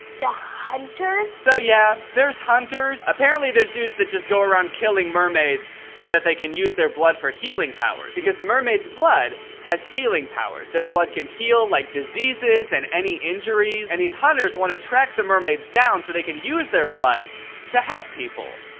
the hunters? so yeah, there's hunters. apparently there's dudes that just go around killing mermaids so that they can use their blood for healing powers, because mermaid's blood has healing powers. their blood can heal like diseases and any injuries. and these hunters want to track the mermaids down so they can use their blood to help people.